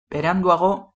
beranduago